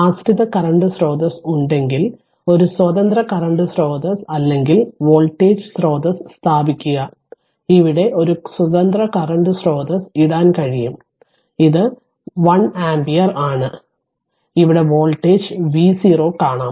ആശ്രിത കറന്റ് സ്രോതസ്സ് ഉണ്ടെങ്കിൽ ഒരു സ്വതന്ത്ര കറന്റ് സ്രോതസ്സ് അല്ലെങ്കിൽ വോൾട്ടേജ് സ്രോതസ്സ് സ്ഥാപിക്കുക ഇവിടെ ഒരു സ്വതന്ത്ര കറന്റ് സ്രോതസ്സ് ഇടാൻ കഴിയും ഇത് 1 ആമ്പിയർ ആണ് ഇവിടെ വോൾട്ടേജ് V0 കാണാം